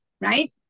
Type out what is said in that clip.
Right